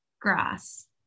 Grass